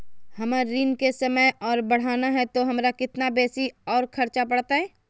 हमर ऋण के समय और बढ़ाना है तो हमरा कितना बेसी और खर्चा बड़तैय?